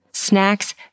Snacks